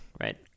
right